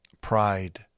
pride